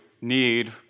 need